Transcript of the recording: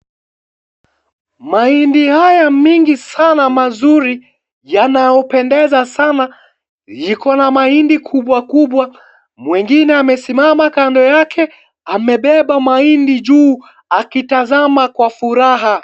Maindi haya mingi sana mazuri, yanaopendeza sana, yiko na maindi kubwa kubwa, mwingine amesimama kando yake, amebeba maindi juu, akitazama kwa furaha.